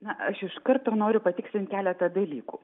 na aš iš karto noriu patikslint keletą dalykų